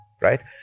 right